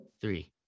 three